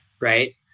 right